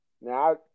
Now